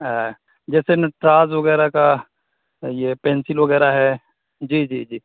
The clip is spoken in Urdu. جیسے نٹراز وغیرہ کا یہ پنسل وغیرہ ہے جی جی جی